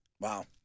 Wow